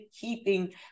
keeping